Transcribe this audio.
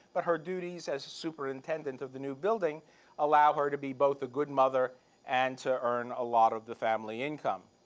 but her duties as a superintendent of the new building allow her to be both a good mother and to earn a lot of the family income.